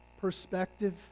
perspective